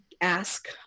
ask